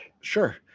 sure